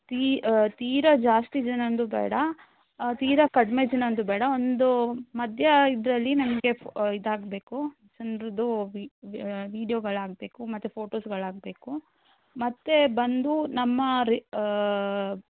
ತೀ ತೀರಾ ಜಾಸ್ತಿ ಜನದ್ದು ಬೇಡ ತೀರಾ ಕಡಿಮೆ ಜನದ್ದು ಬೇಡ ಒಂದು ಮಧ್ಯೆ ಇದರಲ್ಲಿ ನನಗೆ ಇದಾಗಬೇಕು ಜನರದು ವೀಡಿಯೊಗಳಾಗಬೇಕು ಮತ್ತು ಫೋಟೋಸ್ಗಳಾಗಬೇಕು ಮತ್ತು ಬಂದು ನಮ್ಮ ರಿ